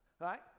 right